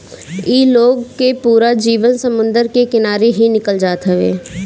इ लोग के पूरा जीवन समुंदर के किनारे ही निकल जात हवे